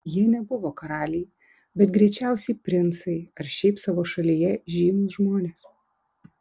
jie nebuvo karaliai bet greičiausiai princai ar šiaip savo šalyje žymūs žmonės